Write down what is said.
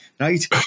Right